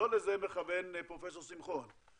לא לזה מכוון פרופ' שמחון.